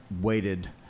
waited